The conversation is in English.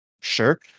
sure